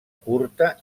curta